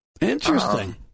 Interesting